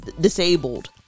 disabled